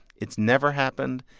it's never happened,